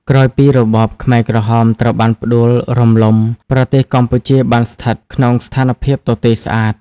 ក្រោយពីរបបខ្មែរក្រហមត្រូវបានផ្តួលរំលំ ប្រទេសកម្ពុជាបានស្ថិតក្នុងស្ថានភាពទទេស្អាត។